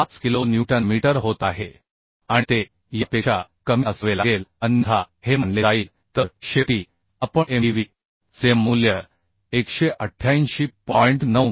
95किलो newton metre होत आहे आणि ते यापेक्षा कमी असावे लागेल अन्यथा हे मानले जाईल तर शेवटी आपण mdv चे मूल्य 188